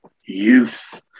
Youth